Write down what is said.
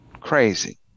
crazy